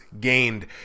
gained